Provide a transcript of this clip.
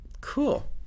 Cool